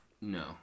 No